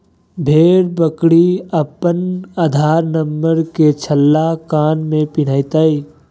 भेड़ बकरी अपन आधार नंबर के छल्ला कान में पिन्हतय